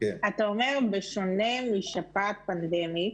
אתה אומר, בשונה משפעת פנדמית,